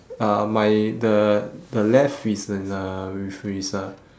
uh my the the left is in the with his uh